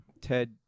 Ted